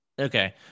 Okay